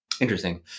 Interesting